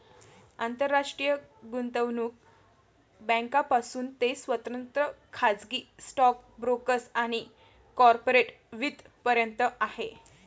आंतरराष्ट्रीय गुंतवणूक बँकांपासून ते स्वतंत्र खाजगी स्टॉक ब्रोकर्स आणि कॉर्पोरेट वित्त पर्यंत आहे